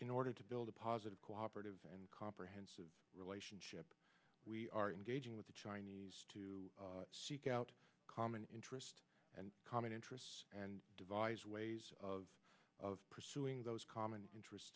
in order to build a positive cooperative and comprehensive relationship we are engaging with the chinese to seek out common interest and common interests and devise ways of of pursuing those common interests